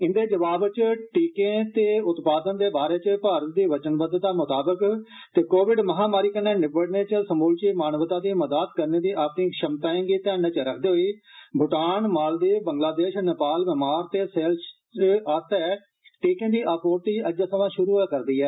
इन्दे जवाब च ते टीर्के दे उत्पादन दे बारै च भारत दी वचनबद्धता मताबक ते कोविड महामारी कन्ने निबडनें च समूलची मानवता दी मदद करने दी अपनी क्षमताएं गी ध्यानै च रखदे होई भूटान मालदीव बंगलादेश नेपाल म्यामा ते सेशल्स आस्तै टीकें दी आपूर्ति अज्जै सवां श्रू होआ र दी ऐ